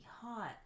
hot